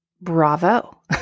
bravo